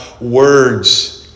words